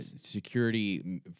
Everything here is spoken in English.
security